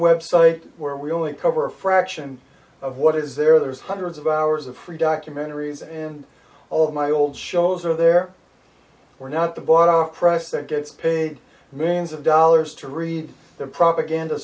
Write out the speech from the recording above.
website where we only cover a fraction of what is there there's hundreds of hours of free documentaries and all of my old shows are there we're not the body of christ that gets paid millions of dollars to read their propaganda